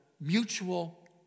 mutual